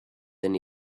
than